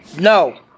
no